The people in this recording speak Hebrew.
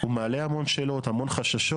הוא מעלה המון שאלות, המון חששות.